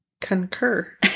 concur